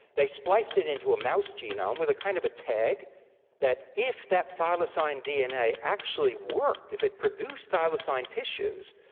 they spliced it into a mouse genome with a kind of a tag that if that thylacine dna had actually worked, if it produced thylacine tissues,